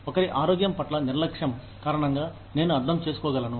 ఒకరి ఆరోగ్యం పట్ల నిర్లక్ష్యం కారణంగా నేను అర్థం చేసుకోగలను